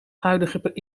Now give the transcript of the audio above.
huidige